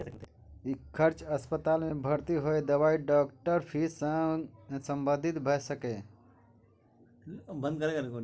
ई खर्च अस्पताल मे भर्ती होय, दवाई, डॉक्टरक फीस सं संबंधित भए सकैए